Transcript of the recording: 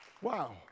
Wow